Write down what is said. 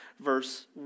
verse